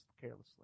carelessly